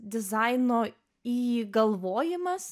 dizaino įgalvojimas